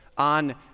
On